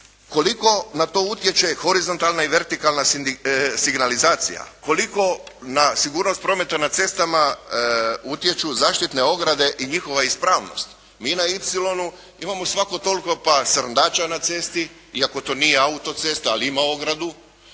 Koliko na to utječe horizontalna i vertikalna signalizacija? Koliko na sigurnost prometa na cestama utječu zaštitne ograde i njihova ispravnost? Mi na "ipsilonu" imamo svako toliko pa srndaća na cesti iako to nije autocesta ali ima ogradu,